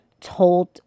told